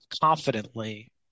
confidently